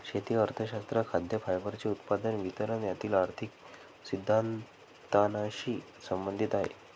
शेती अर्थशास्त्र खाद्य, फायबरचे उत्पादन, वितरण यातील आर्थिक सिद्धांतानशी संबंधित आहे